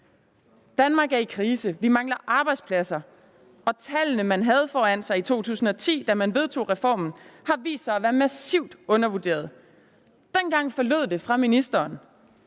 Danmark er i krise. Vi mangler arbejdspladser, og tallene, man havde foran sig i 2010, da man vedtog reformen, har vist sig at være massivt undervurderet. Dengang forlød det fra ministerens